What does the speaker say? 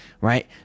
right